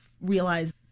realize